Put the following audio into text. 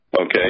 Okay